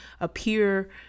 appear